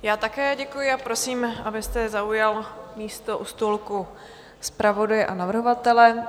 Já také děkuji a prosím, abyste zaujal místo u stolku zpravodaje a navrhovatele.